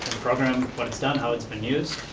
program, what it's done, how it's been used,